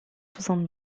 soixante